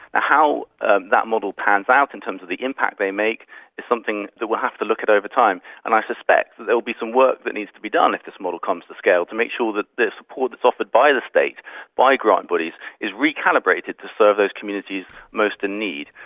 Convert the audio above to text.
how ah that model pans out in terms of the impact they make is something that we will have to look at over time, and i suspect that there will be some work that needs to be done if this model comes to scale to make sure that the support that offered by the state by grant bodies is recalibrated to serve those communities most in need.